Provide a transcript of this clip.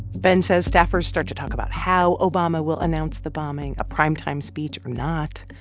ben says staffers start to talk about how obama will announce the bombing, a primetime speech or not.